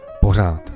pořád